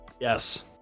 yes